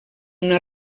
una